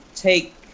Take